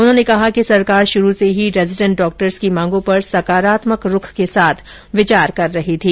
उन्होंने कहा कि सरकार शुरू से ही रेजीडेंट डॉक्टर्स की मांगों पर सकारात्मक रूख के साथ विचार कर रही थी